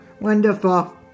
Wonderful